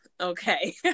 okay